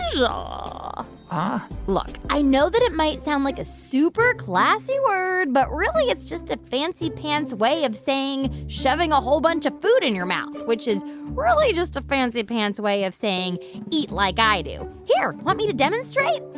um ah ah i know that it might sound like a super classy word. but, really, it's just a fancy-pants way of saying shoving a whole bunch of food in your mouth, which is really just a fancy-pants way of saying eat like i do. here, want me to demonstrate?